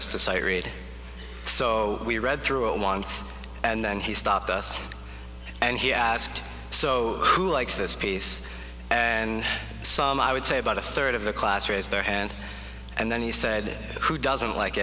sight read so we read through it once and then he stopped us and he asked so who likes this piece and i would say about a third of the class raised their hand and then he said who doesn't like